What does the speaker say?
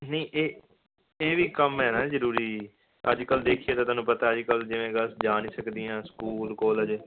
ਨਹੀਂ ਇਹ ਇਹ ਵੀ ਕੰਮ ਹੈ ਨਾ ਜ਼ਰੂਰੀ ਅੱਜ ਕੱਲ੍ਹ ਦੇਖੀਏ ਤਾਂ ਤੁਹਾਨੂੰ ਪਤਾ ਅੱਜ ਕੱਲ੍ਹ ਜਿਵੇਂ ਗਰਲਸ ਜਾ ਨਹੀਂ ਸਕਦੀਆਂ ਸਕੂਲ ਕਾਲਜ